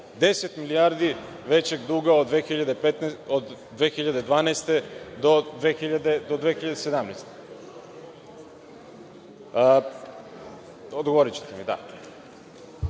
milijardi većeg duga od 2012. do 2017.